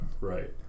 right